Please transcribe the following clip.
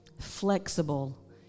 flexible